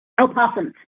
opossums